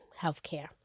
healthcare